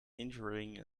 injuring